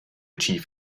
chief